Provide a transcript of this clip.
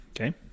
okay